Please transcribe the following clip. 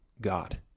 God